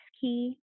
key